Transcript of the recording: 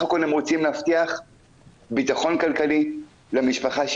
הכול הם רוצים להבטיח ביטחון כלכלי למשפחה שלהם,